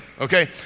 okay